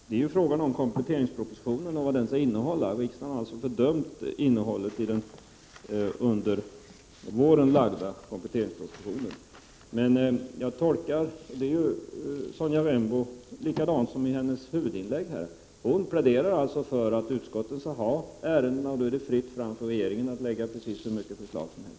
Herr talman! Det är ju en fråga om kompletteringspropositionen och vad den skall innehålla. Riksdagen har alltså fördömt innehållet i den under våren framlagda kompletteringspropositionen. Sonja Rembo gör nu likadant som i sitt huvudinlägg. Hon pläderar alltså för att utskotten skall ha ärendena, och då är det fritt fram för regeringen att lägga hur många förslag som helst.